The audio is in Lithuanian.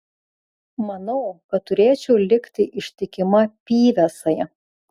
manau kad turėčiau likti ištikima pyvesai